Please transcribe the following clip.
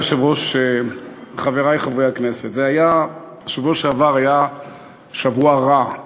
יושב-ראש הישיבה ידווח לו מה היה בזמן היעדרו.